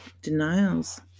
Denials